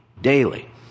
daily